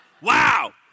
Wow